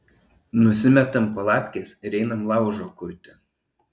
nusimetam palapkes ir einam laužo kurti